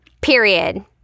Period